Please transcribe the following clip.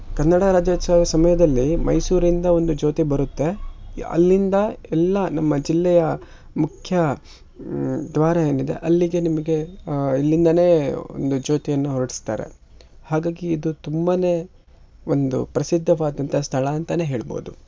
ಕನ್ನಡ ರಾಜ್ಯೋತ್ಸವ ಸಮಯದಲ್ಲಿ ಮೈಸೂರಿಂದ ಒಂದು ಜ್ಯೋತಿ ಬರುತ್ತೆ ಯ ಅಲ್ಲಿಂದ ಎಲ್ಲ ನಮ್ಮ ಜಿಲ್ಲೆಯ ಮುಖ್ಯ ದ್ವಾರ ಏನಿದೆ ಅಲ್ಲಿಗೆ ನಿಮಗೆ ಇಲ್ಲಿಂದಾನೆ ಒಂದು ಜ್ಯೋತಿಯನ್ನು ಹೊರಡಸ್ತಾರೆ ಹಾಗಾಗಿ ಇದು ತುಂಬಾ ಒಂದು ಪ್ರಸಿದ್ಧವಾದಂಥ ಸ್ಥಳ ಅಂತಾನೆ ಹೇಳ್ಬೌದು